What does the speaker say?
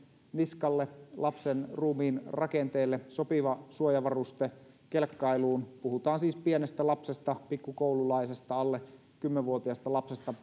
niskalle lapsen ruumiinrakenteelle sopiva suojavaruste kelkkailuun puhutaan siis pienestä lapsesta pikkukoululaisesta alle kymmenen vuotiaasta lapsesta